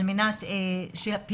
על מנת שהפעילות,